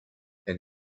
and